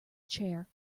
chair